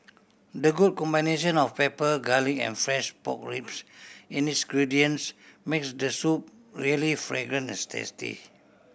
the good combination of pepper garlic and fresh pork ribs in its gradients makes the soup really fragrant and tasty